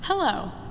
Hello